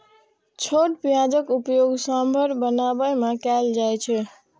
छोट प्याजक उपयोग सांभर बनाबै मे कैल जाइ छै